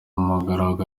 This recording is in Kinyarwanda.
umugaragu